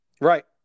Right